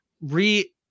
re